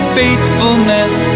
faithfulness